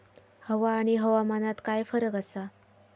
हवा आणि हवामानात काय फरक असा?